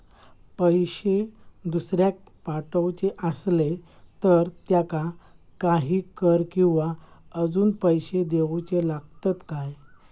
पैशे दुसऱ्याक पाठवूचे आसले तर त्याका काही कर किवा अजून पैशे देऊचे लागतत काय?